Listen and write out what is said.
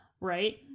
right